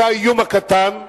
זה האיום הקטן.